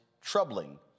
troubling